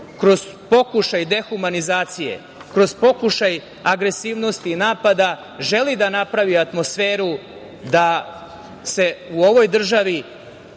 kroz pokušaj dehumanizacije, kroz pokušaj agresivnosti i napada želi da napravi atmosferu da se u ovoj državi